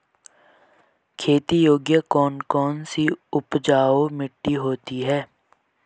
खेती योग्य कौन कौन सी उपजाऊ मिट्टी होती है?